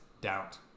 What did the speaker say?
doubt